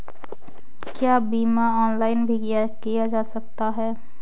क्या बीमा ऑनलाइन भी किया जा सकता है?